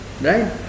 Right